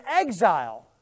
exile